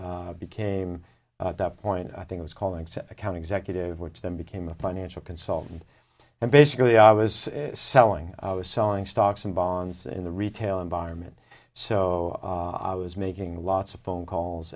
and became at that point i think i was calling to account executive which then became a financial consultant and basically i was selling i was selling stocks and bonds in the retail environment so i was making lots of phone calls